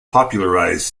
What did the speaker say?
popularized